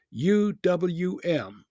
uwm